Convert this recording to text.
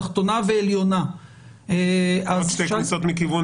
תחתונה ועליונה --- יש שתי כניסות מכיוון